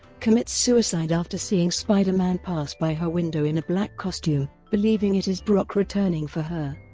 commits suicide after seeing spider-man pass by her window in a black costume, believing it is brock returning for her.